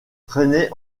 traînaient